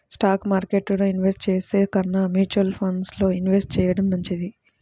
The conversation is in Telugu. స్టాక్ మార్కెట్టులో ఇన్వెస్ట్ చేసే కన్నా మ్యూచువల్ ఫండ్స్ లో ఇన్వెస్ట్ చెయ్యడం మంచిది